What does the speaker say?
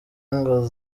ingo